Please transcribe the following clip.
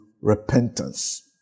repentance